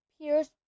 Pierce